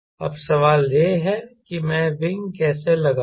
अब सवाल यह है कि मैं विंग कैसे लगाऊं